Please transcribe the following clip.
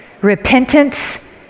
repentance